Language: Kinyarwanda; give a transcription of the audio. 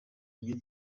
ibyo